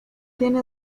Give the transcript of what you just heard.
tiene